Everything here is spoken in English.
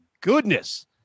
goodness